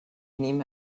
nehme